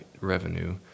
revenue